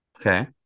Okay